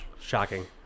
Shocking